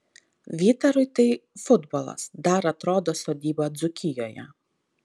vytarui tai futbolas dar atrodo sodyba dzūkijoje